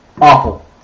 Awful